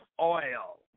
oil